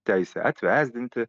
teisę atvesdinti